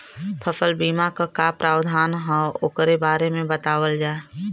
फसल बीमा क का प्रावधान हैं वोकरे बारे में बतावल जा?